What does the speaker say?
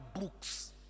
books